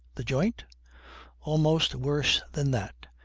the joint almost worse than that.